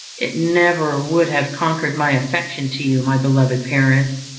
it never would have conquered my affection to you, my beloved parents,